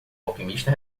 alquimista